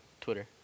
Twitter